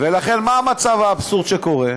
ולכן, מה המצב האבסורדי שקורה?